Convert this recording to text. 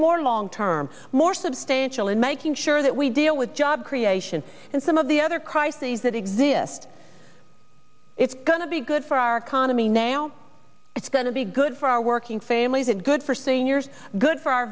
more long term more substantial in making sure that we deal with job creation and some of the other crises that exist it's going to be good for our economy now it's going to be good for our working families and good for seniors good for our